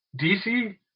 DC